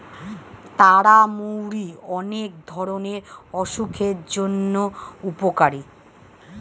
তারা মৌরি অনেক ধরণের অসুখের জন্য উপকারী